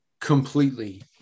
completely